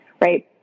right